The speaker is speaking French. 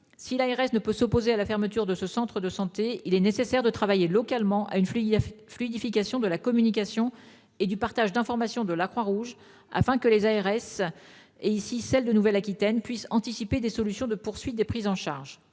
Si l'ARS ne peut s'opposer à la fermeture de centres de santé, il est nécessaire de travailler localement à une fluidification de la communication et du partage d'information de la Croix-Rouge, afin que les ARS, et en l'occurrence celle de Nouvelle-Aquitaine, puissent anticiper des solutions de poursuite des prises en charge.